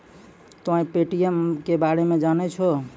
तोंय पे.टी.एम के बारे मे जाने छौं?